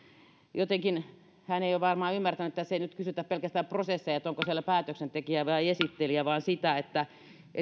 jotenkin hän ei ole varmaan ymmärtänyt että tässä ei nyt kysytä pelkästään prosesseja että onko siellä päätöksentekijä vai esittelijä vaan sitä että